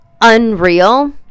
unreal